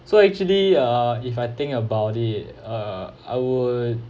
so actually uh if I think about it uh I would